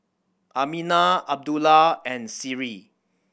Aminah Abdullah and Seri